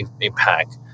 impact